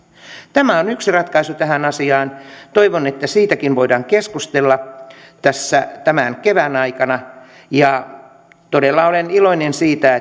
tämä on yksi ratkaisu tähän asiaan toivon että siitäkin voidaan keskustella tässä tämän kevään aikana ja todella olen iloinen siitä